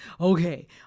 Okay